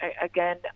again